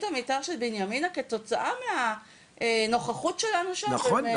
המתאר של בנימינה כתוצאה מהנוכחות שלנו שם וכל זה.